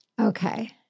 Okay